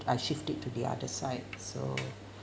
I shift it to the other side so